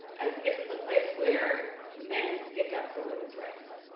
this is a place where men stick up for women's rights.